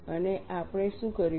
અને આપણે શું કરીશું